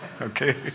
Okay